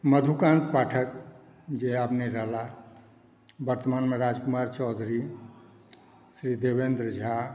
मधुकांत पाठक जे आब नहि रहला वर्तमानमे राजकुमार चौधरी श्री देवेंद्र झा